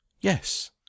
Yes